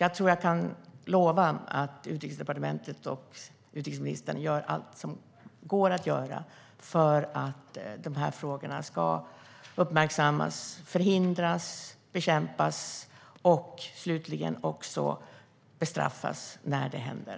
Jag tror att jag kan lova att Utrikesdepartementet och utrikesministern gör allt som går att göra för att problemet med köns och konfliktrelaterat sexuellt våld ska uppmärksammas, förhindras och bekämpas samt att gärningsmännen ska bestraffas när övergrepp sker.